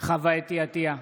חוה אתי עטייה,